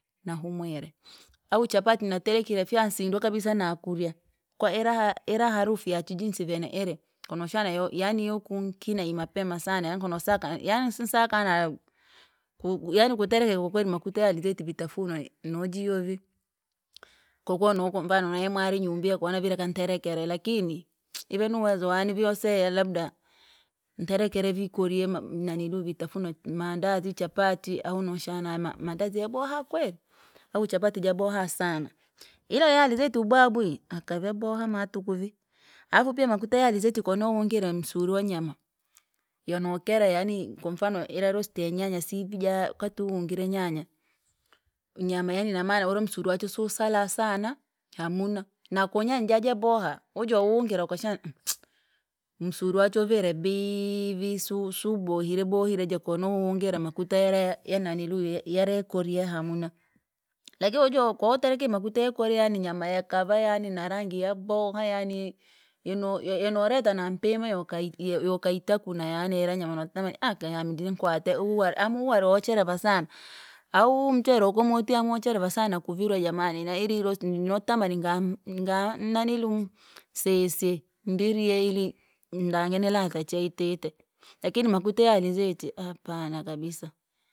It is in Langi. Nahumwire, au chapatti naterekire fyansindwe kabisa na kurya, kwa iraha iraha harufu yachu jinsi vyeneiri, kuno shana yo- yaani huku nkina imapema sana yaani nkonosaka ye- yaani sensaka anau, kuku yaani ukuterekera kwakweri makuta ya alizeti vitafumwa no- nojijo vii. Kwakuwa nokwamfano nayimwari inyumbi yakuona vile nkaterekere, lakini ive ni uwezo wani vii waseya labda, nterekere vii korie mma- naniluu vitafunwa mandazi, chapatti, ahu noshana nama maandazi yaboha kweri, au chapatti jaboha sana, ila ya alizeti ubwabwi, aka vyaboha matuku vii. Alafu pia makuta ya alizeti koiwawungire musuri wa nyama, yonokera yani kwamfano ira rosti ya nyanya sii- vijaa katu uwungire nyanya, nyama inamana ura musure suisala sana! Hamuna, nakunyanya jajaboa, waojo wungira wakashana, msuri wachu waviere bii visusu bohire bohire jakoni wawungire makuta yara ya- naninulu yare korie hamuna, lakini woja kowaterekire makuta ya korie yani nyama yakava yani narangi yaboha yaani, yono yanoreta na mpima yokai yokaitakuna yaani iranyama wonotamani aka yami denkwate uhu wari amu uhu wari wocherewa sana. Au! Mchere uko motwi amu wochereva sana kuvirwa jamani na iri irosti ninotamani ngam ngamuu mnaniliuu sisi, ndirye ili ndange ni ladha cheeitite, lakini makuta ya alizeti ah- apana kabisa.